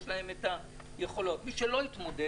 יש להם את היכולות; מי שלא התמודד,